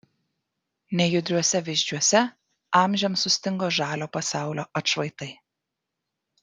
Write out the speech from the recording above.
nejudriuose vyzdžiuose amžiams sustingo žalio pasaulio atšvaitai